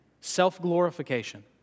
self-glorification